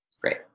Great